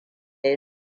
ya